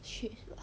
shit lah